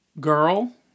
girl